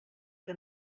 que